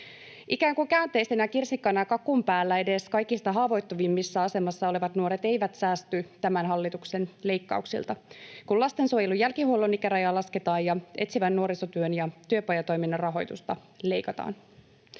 Ikään kuin käänteisenä kirsikkana kakun päällä edes kaikista haavoittuvimmassa asemassa olevat nuoret eivät säästy tämän hallituksen leikkauksilta, kun lastensuojelun jälkihuollon ikärajaa lasketaan ja etsivän nuorisotyön ja työpajatoiminnan rahoitusta leikataan.